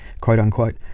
quote-unquote